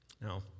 Now